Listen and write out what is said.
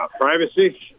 Privacy